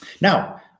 Now